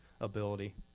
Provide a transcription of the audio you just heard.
ability